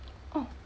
oh